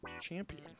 Champion